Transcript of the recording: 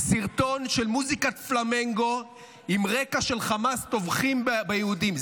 סרטון של מוזיקת פלמנקו עם רקע של חמאס טובחים ביהודים.